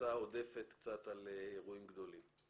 העמסה עודפת קצת על אירועים גדולים.